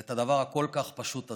ואת הדבר הכל-כך פשוט הזה.